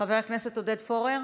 חבר הכנסת עודד פורר,